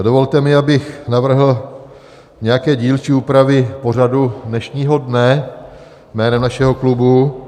Dovolte mi, abych navrhl nějaké dílčí úpravy pořadu dnešního dne jménem našeho klubu.